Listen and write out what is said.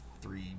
three